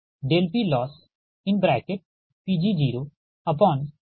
तो यह 1 PLossPg0PgiLi 1है